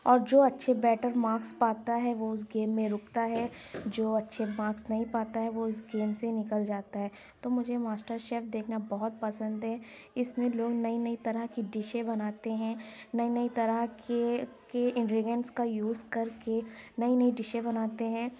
اور جو اچھے بیٹر مارکس پاتا ہے وہ اُس گیم میں رُکتا ہے جو اچھے مارکس نہیں پاتا ہے وہ اِس گیم سے نکل جاتا ہے تو مجھے ماسٹر شیف دیکھنا بہت پسند ہے اِس میں لوگ نئی نئی طرح کی ڈشیں بناتے ہیں نئی نئی طرح کے کے انگیرڈینٹس یوز کرکے نئی نئی ڈشیں بناتے ہیں